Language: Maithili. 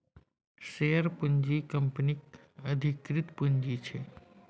शेयर पूँजी कंपनीक अधिकृत पुंजी छै